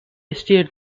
steered